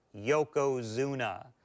Yokozuna